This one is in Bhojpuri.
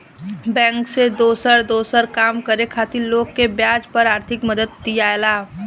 बैंक से दोसर दोसर काम करे खातिर लोग के ब्याज पर आर्थिक मदद दियाला